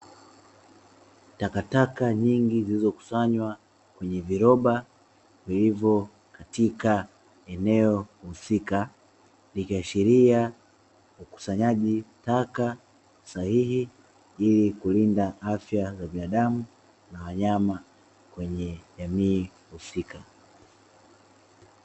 Takataka nyingi zilizokusanywa kwenye viroba vilivyo katika eneo husika ikashiria ukusanyaji taka sahihi ili kulinda afya za binadamu na wanyama wenye jamii husika.